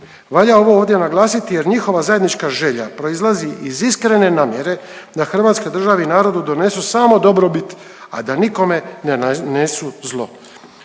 Valja ovo ovdje naglasiti jer njihova zajednička želja proizlazi iz iskrene namjere da hrvatskoj državi i narodu donesu samo dobrobit, a da nikome ne nanesu zlo.